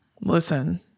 Listen